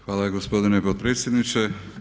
Hvala gospodine potpredsjedniče.